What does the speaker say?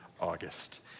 August